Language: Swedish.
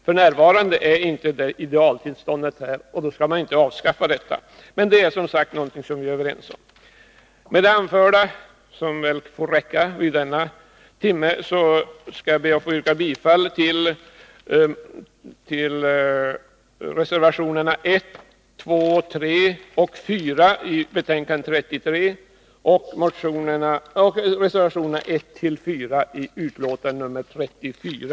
F.n. finns inte detta idealtillstånd, och då bör enligt vår mening kreditstödet inte avskaffas. Detta är något som vi som sagt är överens om. Med det anförda — som får räcka vid denna timme — skall jag be att få yrka bifall till reservationerna 1-4 som är fogade till näringsutskottets betänkande nr 33 och till reservationerna 1-4 som är fogade till näringsutskottets betänkande nr 34.